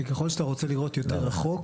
שככל שאתה רוצה לראות יותר רחוק,